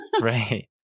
Right